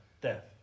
death